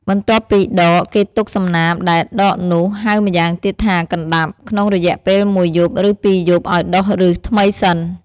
បន្ទាប់ពីដកគេទុកសំណាបដែលដកនោះ ហៅម្យ៉ាងទៀតថាកណ្តាប់ ក្នុងរយៈពេលមួយយប់ឬពីយប់ឲ្យដុះឫសថ្មីសិន។